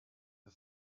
the